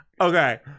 Okay